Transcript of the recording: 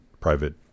private